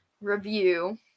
review